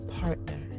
partner